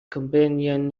companion